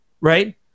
Right